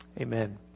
Amen